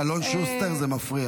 חבר הכנסת אלון שוסטר, זה מפריע.